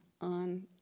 on